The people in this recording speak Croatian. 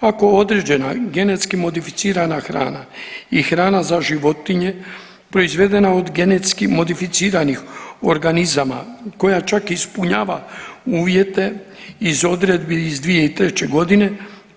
Ako određena genetski modificirana hrana i hrana za životinje proizvedena od GMO, koja čak ispunjava uvjete iz odredbi iz 2003.g.